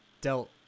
dealt